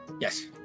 yes